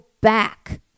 back